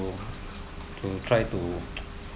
to try to